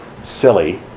silly